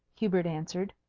hubert answered.